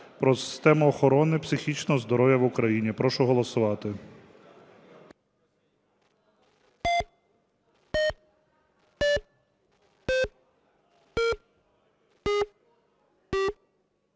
про систему охорони психічного здоров'я в Україні. Прошу голосувати.